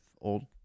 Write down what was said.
old